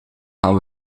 gaan